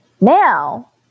Now